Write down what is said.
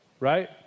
right